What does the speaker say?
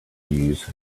use